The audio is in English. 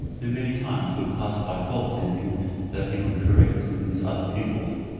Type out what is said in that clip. who many times would pass by faults in him that he would correct in his other pupils.